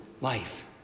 life